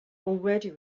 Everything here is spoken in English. already